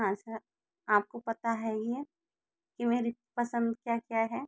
हाँ सर आपको पता है ही है कि मेरी पसंद क्या क्या है